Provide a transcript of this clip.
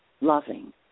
loving